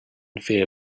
fear